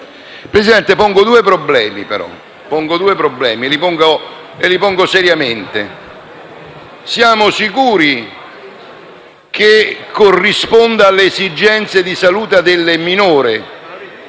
Presidente, pongo però due problemi e lo faccio seriamente: siamo sicuri che corrisponda alle esigenze di salute del minore